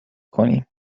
کنیم